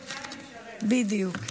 בדיוק.